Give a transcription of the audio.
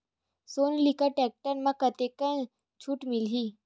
Sonalika tractor म कतका छूट मिलही?